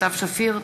סתיו שפיר,